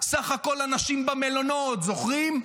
"סך הכול אנשים במלונות" זוכרים?